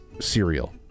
cereal